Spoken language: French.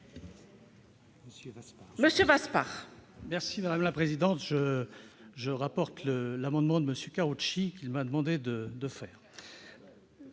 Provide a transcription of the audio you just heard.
Monsieur Vaspart,